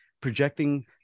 Projecting